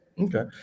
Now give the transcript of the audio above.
Okay